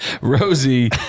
Rosie